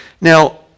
Now